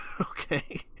Okay